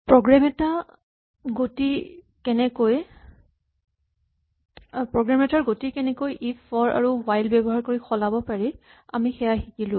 programme এটাৰ গতি কেনেকৈ ইফ ফৰ আৰু হুৱাইল ব্যৱহাৰ কৰি সলাব পাৰি আমি সেয়া শিকিলো